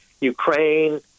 Ukraine